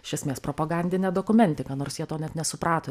iš esmės propagandinę dokumentiką nors jie to net nesuprato